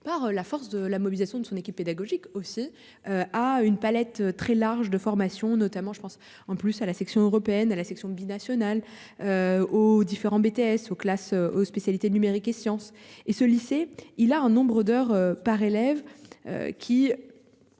par la force de la mobilisation de son équipe pédagogique aussi à une palette très large de formation, notamment je pense en plus à la section européenne à la section binational. Aux différents BTS aux classes aux spécialités numérique et sciences. Et ce lycée, il a un nombre d'heures par élève. Qui.